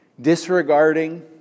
disregarding